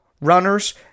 runners